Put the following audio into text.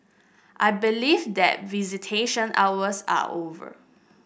I believe that visitation hours are over